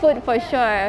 food for sure